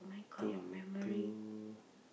two to